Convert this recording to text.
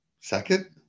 second